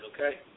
okay